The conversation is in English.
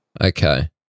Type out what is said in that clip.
okay